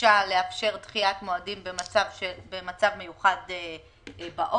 שביקשה לאפשר דחיית מועדים במצב מיוחד בעורף.